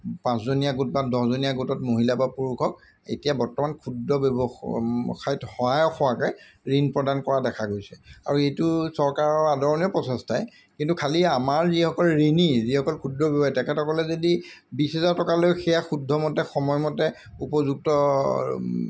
পাঁচজনীয়া গোট বা দহজনীয়া গোটত মহিলা বা পুৰুষক এতিয়া বৰ্তমান ক্ষুদ্ৰ ব্যৱসায়ত সহায় হোৱাকৈ ঋণ প্ৰদান কৰা দেখা গৈছে আৰু এইটো চৰকাৰৰ আদৰণীয় প্ৰচেষ্টাই কিন্তু খালি আমাৰ যিসকল ঋণী যিসকল ক্ষুদ্ৰ ব্যৱসায়ী তেখেতসকলে যদি বিছ হেজাৰ টকা লয় সেয়া শুদ্ধমতে সময়মতে উপযুক্ত